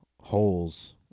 holes